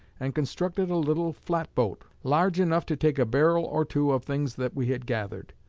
and constructed a little flatboat, large enough to take a barrel or two of things that we had gathered,